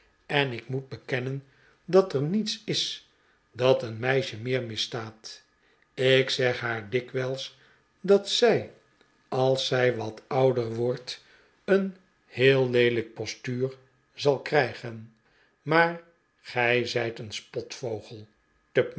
en ik moet bekennen dat er niets is dat eeh meisje meer misstaat ik zeg haar dikwijls dat zij als zij wat ouder wordt een heel ieelijk postuur zal krijgen maar gij zij t een